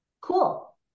cool